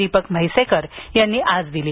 दीपक म्हैसेकर यांनी आज दिली